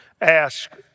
Ask